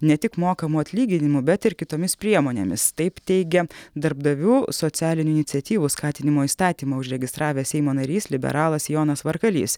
ne tik mokamu atlyginimu bet ir kitomis priemonėmis taip teigia darbdavių socialinių iniciatyvų skatinimo įstatymą užregistravęs seimo narys liberalas jonas varkalys